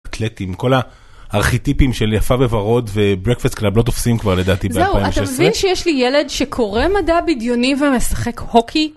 כל הארכיטיפים של יפה בוורוד וברקפאסט קלאב לא תופסים לדעתי כבר ב 2016. זהו, אתה מבין שיש לי ילד שקורא מדע בדיוני ומשחק הוקי?